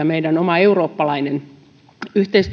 meidän oma eurooppalainen yhteistyöelimemme on sielläkin